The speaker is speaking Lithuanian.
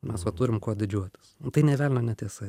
mes va turim kuo didžiuotis tai nė velnio netiesa